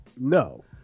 No